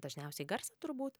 dažniausiai garsą turbūt